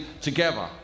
together